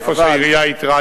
איפה שהעירייה איתרה,